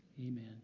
Amen